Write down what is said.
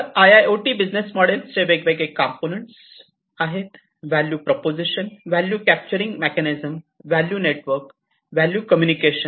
तर IIoT business model चे वेगवेगळे कॉम्पोनन्ट्स आहेत value proposition value capturing mechanism value network value communication